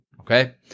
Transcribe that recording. okay